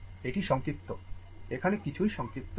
এটি সংক্ষিপ্ত এখানে কিছুই সংক্ষিপ্ত নয়